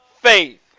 faith